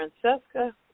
Francesca